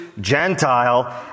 Gentile